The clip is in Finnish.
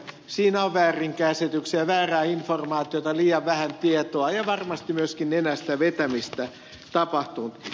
siinä on väärinkäsityksiä väärää informaatiota liian vähän tietoa ja varmasti myöskin nenästä vetämistä on tapahtunut